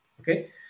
okay